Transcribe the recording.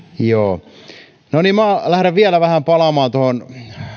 joo no niin minä lähden vielä vähän palaamaan tuohon